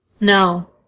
No